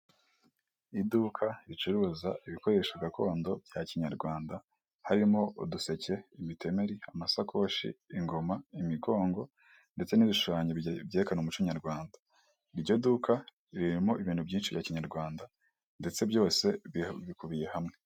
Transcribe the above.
Ni akazu ka emutiyene k'umuhondo, kariho ibyapa byinshi mu bijyanye na serivisi zose za emutiyene, mo imbere harimo umukobwa, ubona ko ari kuganira n'umugabo uje kumwaka serivisi.